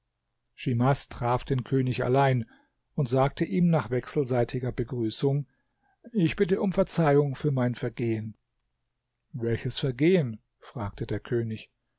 schimas traf den könig allein und sagte ihm nach wechselseitiger begrüßung ich bitte gott um verzeihung für mein vergehen welches vergehen fragte der könig